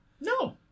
No